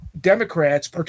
Democrats